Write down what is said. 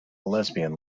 lesbian